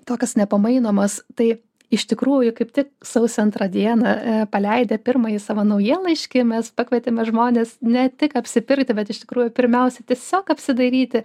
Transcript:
tokios nepamainomos tai iš tikrųjų kaip tik sausio antrą dieną paleidę pirmąjį savo naujienlaiškį mes pakvietėme žmones ne tik apsipirkti bet iš tikrųjų pirmiausia tiesiog apsidairyti